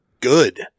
good